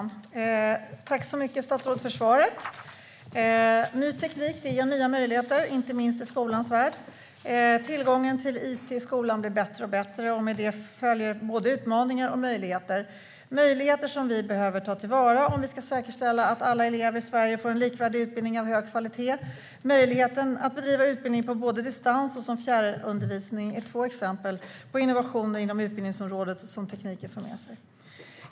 Fru talman! Jag tackar statsrådet så mycket för svaret. Ny teknik ger nya möjligheter, inte minst i skolans värld. Tillgången till it i skolan blir bättre och bättre, och med det följer både utmaningar och möjligheter - möjligheter som vi behöver ta till vara om vi ska kunna säkerställa att alla elever i Sverige får en likvärdig utbildning av hög kvalitet. Möjligheterna att bedriva utbildning på distans och som fjärrundervisning är två exempel på innovationer som tekniken för med sig inom utbildningsområdet.